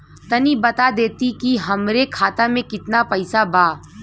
तनि बता देती की हमरे खाता में कितना पैसा बा?